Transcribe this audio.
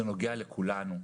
זה נוגע לכולנו.